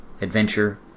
adventure